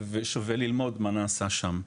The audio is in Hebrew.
ושווה לראות מה נעשה שם.